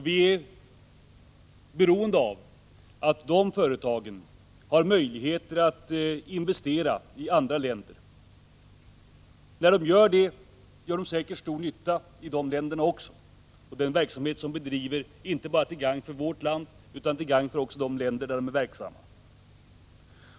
Vi är beroende av att de företagen har möjligheter att investera i andra länder. När de gör det, gör de säkert stor nytta också i de länderna, och den verksamhet som de bedriver är till gagn inte bara för vårt land utan också för de länder där de är verksamma.